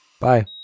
Bye